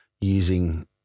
using